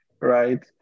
right